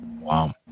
Wow